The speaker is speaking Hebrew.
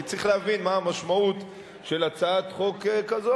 כי צריך להבין מה המשמעות של הצעת חוק כזאת.